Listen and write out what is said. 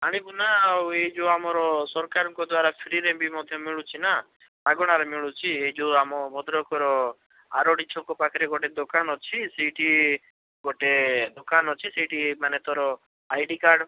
ଆଣିବୁନା ଆଉ ଏଇ ଯେଉଁ ଆମର ସରକାରଙ୍କ ଦ୍ଵାରା ଫ୍ରିରେ ବି ମଧ୍ୟ ମିଳୁଛିନା ମାଗଣାରେ ମିଳୁଛି ଏଇ ଯେଉଁ ଆମ ଭଦ୍ରକର ଆରଡ଼ି ଛକ ପାଖରେ ଗୋଟେ ଦୋକାନ ଅଛି ସେଇଠି ଗୋଟେ ଦୋକାନ ଅଛି ସେଇଠି ମାନେ ତୋର ଆଇ ଡ଼ି କାର୍ଡ଼